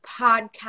podcast